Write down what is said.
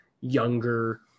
younger